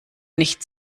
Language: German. nicht